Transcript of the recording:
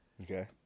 Okay